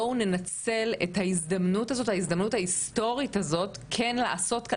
בואו ננצל את ההזדמנות ההיסטורית הזאת כן לעשות.